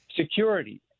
security